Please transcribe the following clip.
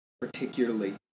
particularly